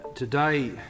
Today